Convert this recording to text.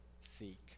seek